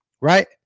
right